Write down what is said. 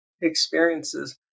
experiences